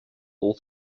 all